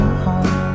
home